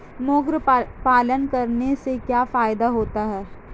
मुर्गी पालन करने से क्या फायदा होता है?